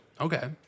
Okay